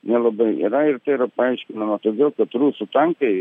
nelabai yra ir tai yra paaiškinama todėl kad rusų tankai